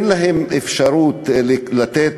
אין להם אפשרות לתת